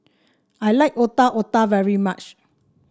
I like Otak Otak very much